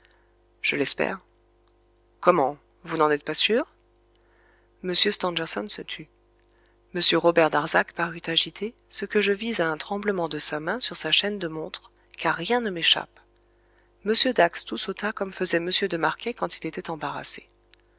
je l'espère comment vous n'en êtes pas sûr m stangerson se tut m robert darzac parut agité ce que je vis à un tremblement de sa main sur sa chaîne de montre car rien ne m'échappe m dax toussotta comme faisait m de marquet quand il était embarrassé